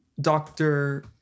doctor